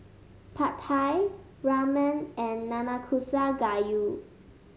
Pad Thai Ramen and Nanakusa Gayu